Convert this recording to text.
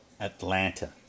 Atlanta